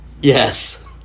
Yes